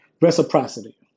reciprocity